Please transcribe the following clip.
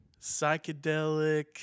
psychedelic